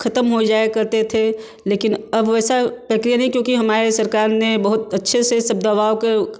खत्म हो हो जाया करते थे लेकिन अब वैसा प्रकिया नहीं है क्योंकि हमारे यहाँ सरकार ने बहुत अच्छे से सब दवाओं के